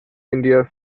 india